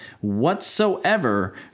whatsoever